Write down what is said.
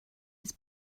his